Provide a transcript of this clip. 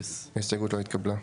0 ההסתייגות לא התקבלה.